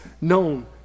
known